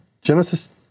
Genesis –